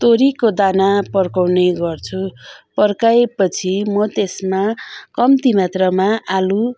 तोरीको दाना पड्काउने गर्छु पड्काए पछि म त्यसमा कम्ती मात्रामा आलु